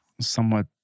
somewhat